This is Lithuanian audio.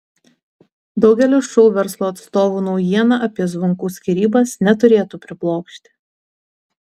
daugelio šou verslo atstovų naujiena apie zvonkų skyrybas neturėtų priblokšti